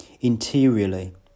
interiorly